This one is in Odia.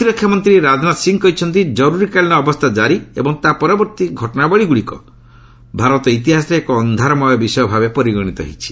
ପ୍ରତିରକ୍ଷାମନ୍ତ୍ରୀ ରାଜନାଥ ସିଂହ କହିଛନ୍ତି କରୁରୀକାଳୀନ ଅବସ୍ଥା କାରି ଏବଂ ତା' ପରବର୍ତ୍ତୀ ଘଟଣାବଳୀଗୁଡ଼ିକ ଭାରତ ଇତିହାସରେ ଏକ ଅନ୍ଧାରମୟ ବିଷୟ ଭାବେ ପରିଗଣିତ ହୋଇଛି